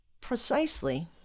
precisely